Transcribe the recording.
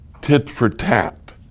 tit-for-tat